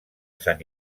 sant